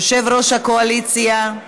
יושב-ראש הקואליציה,